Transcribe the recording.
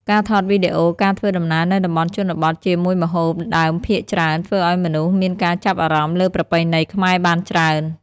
ការថតវីដេអូការធ្វើដំណើរនៅតំបន់ជនបទជាមួយម្ហូបដើមភាគច្រើនធ្វើឲ្យមនុស្សមានការចាប់អារម្មណ៍លើប្រពៃណីខ្មែរបានច្រើន។